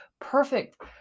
perfect